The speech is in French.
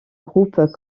groupe